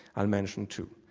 i'll mention two.